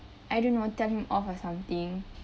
I don't know tell him off or something